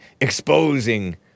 exposing